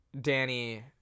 Danny